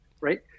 Right